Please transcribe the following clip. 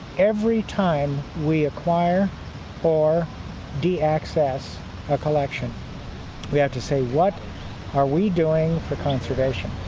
every time we acquire or de-access a collection we have to say, what are we doing for conservation?